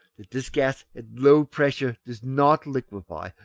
that this gas at low pressures does not liquefy,